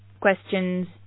questions